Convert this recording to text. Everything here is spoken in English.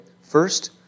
First